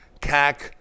CAC